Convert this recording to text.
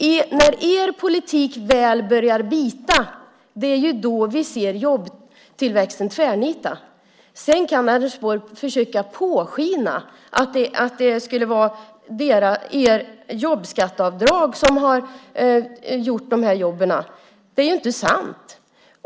Det är när er politik väl börjar bita vi ser jobbtillväxten tvärnita. Sedan kan Anders Borg försöka påskina att det skulle vara ert jobbskatteavdrag som har gjort de här jobben. Det är ju inte sant.